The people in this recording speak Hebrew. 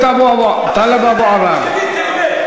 ואומר את זה הכי ברור שיכול להיות: לדעתי,